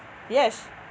yes